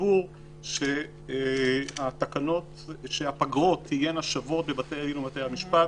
לציבור שהפגרות תהיינה שוות בבתי הדין ובבתי המשפט,